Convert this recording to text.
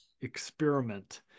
experiment